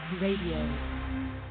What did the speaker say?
Radio